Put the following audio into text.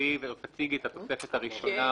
שתקריאי ותציגי את התוספת הראשונה